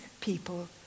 people